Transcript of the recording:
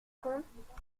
compte